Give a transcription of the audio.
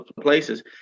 places